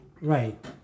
Right